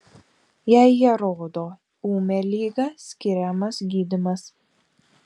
jei jie rodo ūmią ligą skiriamas gydymas